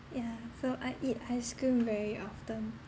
yeah so I eat ice cream very often